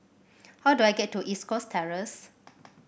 how do I get to East Coast Terrace